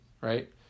right